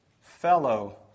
fellow